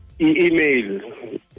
email